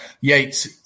Yates